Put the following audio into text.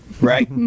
right